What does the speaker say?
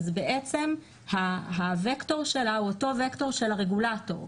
בעצם הווקטור שלה הוא אותו וקטור של הרגולטור.